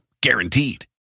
Guaranteed